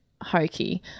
hokey